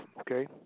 okay